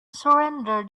surrender